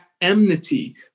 enmity